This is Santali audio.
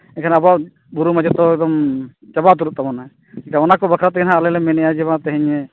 ᱮᱱᱠᱷᱟᱱ ᱟᱵᱚᱣᱟᱜ ᱵᱩᱨᱩ ᱢᱟ ᱡᱚᱛᱚ ᱮᱠᱫᱚᱢ ᱪᱟᱵᱟ ᱩᱛᱟᱹᱨᱚᱜ ᱛᱟᱵᱚᱱᱟ ᱮᱱᱠᱷᱟᱱ ᱚᱱᱟ ᱠᱚ ᱵᱟᱠᱷᱨᱟ ᱛᱮᱜᱮ ᱦᱟᱸᱜ ᱟᱞᱮ ᱞᱮ ᱢᱮᱱᱟᱜᱼᱟ ᱡᱮ ᱵᱟᱝ ᱛᱮᱦᱮᱧ